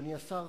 אדוני השר,